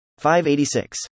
586